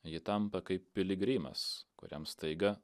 ji tampa kaip piligrimas kuriam staiga